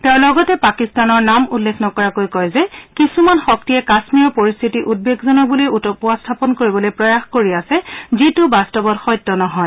তেওঁ লগতে পাকিস্তানৰ নাম উল্লেখ নকৰাকৈয়ে কয় যে কিছুমান শক্তিয়ে কাশ্মীৰৰ পৰিস্থিতি উদ্বেগজনক বুলি উপস্থাপন কৰিবলৈ প্ৰয়াস কৰি আছে যিটো বাস্তৱত সত্য নহয়